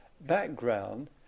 background